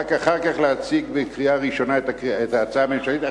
ורק אחר כך להציג לקריאה ראשונה את ההצעה הממשלתית.